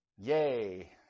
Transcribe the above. Yay